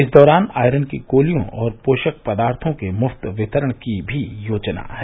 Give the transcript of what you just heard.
इस दौरान आयरन की गोलियों और पोषक पदार्थों के मुफ्त वितरण की भी योजना है